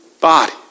body